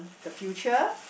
the future